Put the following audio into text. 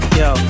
yo